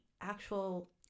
actual